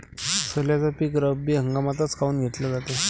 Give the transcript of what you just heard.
सोल्याचं पीक रब्बी हंगामातच काऊन घेतलं जाते?